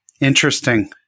Interesting